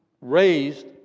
raised